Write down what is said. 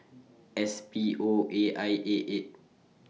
S P O A I eight eight